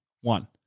one